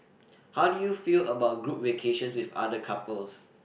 how do you feel about group vacation with other couples